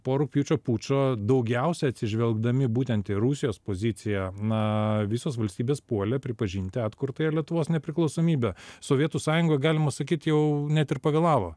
po rugpjūčio pučo daugiausia atsižvelgdami būtent į rusijos poziciją na visos valstybės puolė pripažinti atkurtąją lietuvos nepriklausomybę sovietų sąjungoja galima sakyt jau net ir pavėlavo